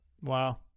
Wow